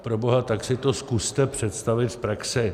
Proboha, tak si to zkuste představit v praxi.